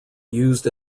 used